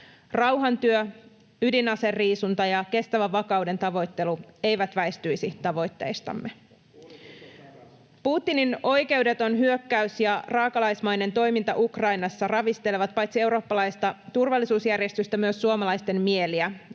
Rauhantyö, ydinaseriisunta ja kestävä vapauden tavoittelu eivät väistyisi tavoitteistamme. [Ben Zyskowicz: Kuulitteko, Saramo?] Putinin oikeudeton hyökkäys ja raakalaismainen toiminta Ukrainassa ravistelevat paitsi eurooppalaista turvallisuusjärjestystä myös suomalaisten mieliä.